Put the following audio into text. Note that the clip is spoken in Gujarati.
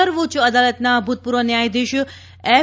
સર્વોચ્ય અદાલતના ભૂતપૂર્વ ન્યાયાધીશ એફ